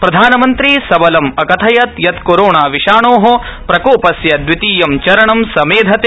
प्रधानमन्त्री स लं अकथयत् यत् कोरोना विषाणो प्रकोपस्य द्वितीयं चरणं समेधते